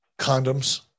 Condoms